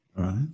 Right